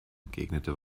entgegnete